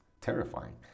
terrifying